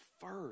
first